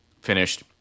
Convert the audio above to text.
finished